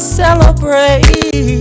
celebrate